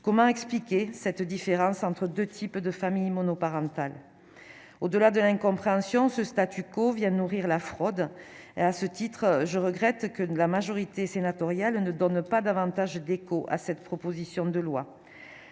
comment expliquer cette différence entre 2 types de familles monoparentales, au-delà de l'incompréhension, ce statu quo viennent nourrir la fraude et à ce titre, je regrette que nous, la majorité sénatoriale ne donne pas davantage d'écho à cette proposition de loi